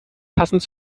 passend